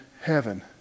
heaven